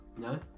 No